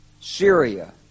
Syria